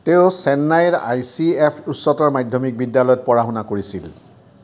তেওঁ চেন্নাইৰ I C F উচ্চতৰ মাধ্যমিক বিদ্যালয়ত পঢ়া শুনা কৰিছিল